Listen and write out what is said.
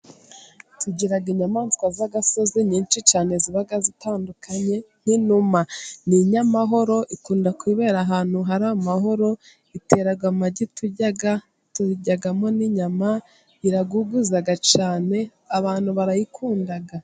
Tugira inyamaswa z'agasozi nyinshi cyane, ziba zitandukanye, nk'inuma ni inyamahoro, ikunda kwibera ahantu hari amahoro, itera amagi turya, turyamo n'inyama, iraguguza cyane, abantu barayikunda.